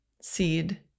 seed